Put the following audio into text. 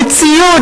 אלא לציוד,